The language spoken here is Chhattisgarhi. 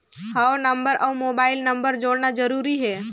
हव नंबर अउ मोबाइल नंबर जोड़ना जरूरी हे?